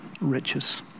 riches